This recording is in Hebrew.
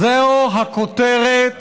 זו הכותרת